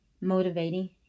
motivating